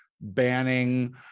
banning